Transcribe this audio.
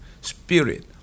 Spirit